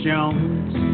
Jones